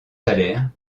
salaire